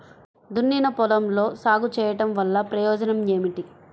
దున్నిన పొలంలో సాగు చేయడం వల్ల ప్రయోజనం ఏమిటి?